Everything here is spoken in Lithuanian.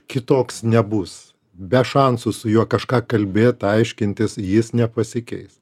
kitoks nebus be šansų su juo kažką kalbėt aiškintis jis nepasikeis